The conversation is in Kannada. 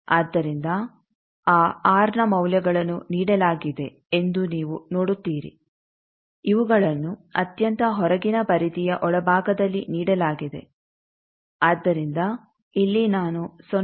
ಆದ್ದರಿಂದ ಆ ಆರ್ನ ಮೌಲ್ಯಗಳನ್ನು ನೀಡಲಾಗಿದೆ ಎಂದು ನೀವು ನೋಡುತ್ತೀರಿ ಇವುಗಳನ್ನು ಅತ್ಯಂತ ಹೊರಗಿನ ಪರಿಧಿಯ ಒಳಭಾಗದಲ್ಲಿ ನೀಡಲಾಗಿದೆ ಆದ್ದರಿಂದ ಇಲ್ಲಿ ನಾನು 0